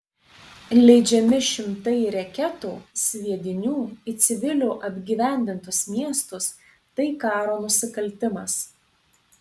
leidžiami šimtai reketų sviedinių į civilių apgyvendintus miestus tai karo nusikaltimas